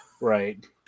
Right